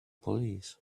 police